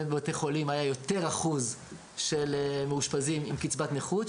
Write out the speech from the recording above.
בבתי חולים באמת היה אחוז גבוה יותר של מאושפזים עם קצבת נכות,